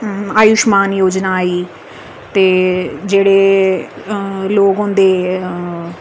आयुश्मान योजना आई ते जेह्ड़े अऽ लोक होंदे अऽ